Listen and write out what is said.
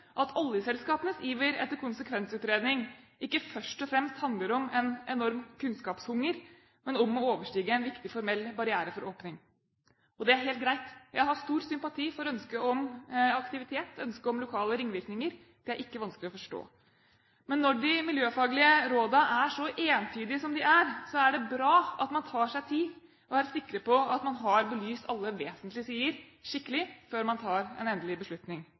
at oljeselskapenes iver etter konsekvensutredning ikke først og fremst handler om en enorm kunnskapshunger, men om å overstige en viktig formell barriere for åpning. Og det er helt greit. Jeg har stor sympati for ønsket om aktivitet, ønsket om lokale ringvirkninger. Det er ikke vanskelig å forstå. Men når de miljøfaglige rådene er så entydige som de er, er det bra at man tar seg tid og er sikker på at man har belyst alle vesentlige sider skikkelig før man tar en endelig beslutning.